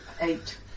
eight